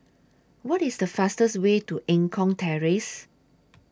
What IS The fastest Way to Eng Kong Terrace